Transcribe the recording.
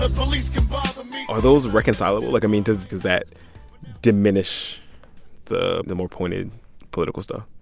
police can bother me are those reconcilable? like, i mean, does does that diminish the the more pointed political style?